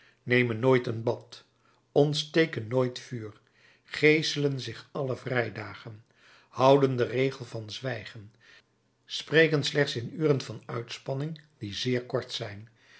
nemen nooit een bad ontsteken nooit vuur geeselen zich alle vrijdagen houden den regel van zwijgen spreken slechts in uren van uitspanning die zeer kort zijn